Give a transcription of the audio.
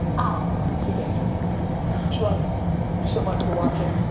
i'll keep answering them. much love, thank you so much for watching.